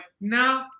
no